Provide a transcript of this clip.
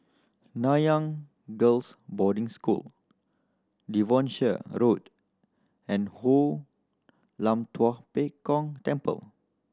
Nanyang Girls' Boarding School Devonshire Road and Hoon Lam Tua Pek Kong Temple